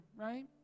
right